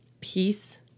peace